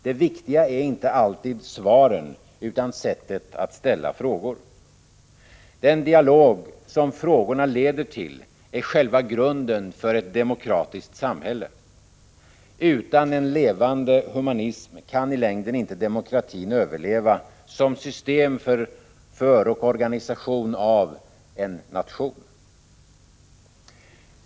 Det viktiga är inte alltid svaren utan sättet att ställa frågor. Den dialog som frågorna leder till är själva grunden för ett demokratiskt samhälle. Utan en levande humanism kanilängden inte demokratin överleva som system för och organisation av en nation.